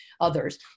others